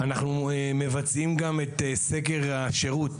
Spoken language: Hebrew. אנחנו מבצעים גם את סקר השירות,